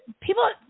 People